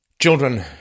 children